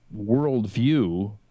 worldview